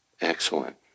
Excellent